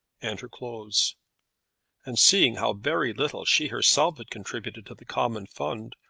and her clothes and seeing how very little she herself had contributed to the common fund,